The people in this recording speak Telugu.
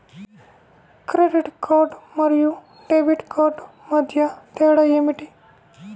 క్రెడిట్ కార్డ్ మరియు డెబిట్ కార్డ్ మధ్య తేడా ఏమిటి?